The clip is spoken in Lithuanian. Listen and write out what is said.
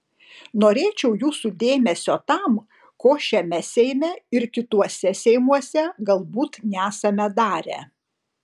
norėčiau jūsų dėmesio tam ko šiame seime ir kituose seimuose galbūt nesame darę